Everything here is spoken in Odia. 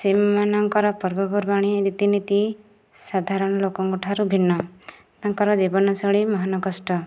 ସେମାନଙ୍କର ପର୍ବପର୍ବାଣି ରୀତିନୀତି ସାଧାରଣ ଲୋକଙ୍କ ଠାରୁ ଭିନ୍ନ ତାଙ୍କର ଜୀବନଶୈଳୀ ମହାନ କଷ୍ଟ